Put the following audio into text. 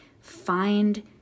find